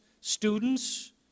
students